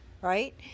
right